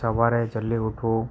સવારે જલ્દી ઉઠવું